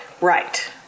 Right